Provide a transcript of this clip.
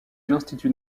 l’institut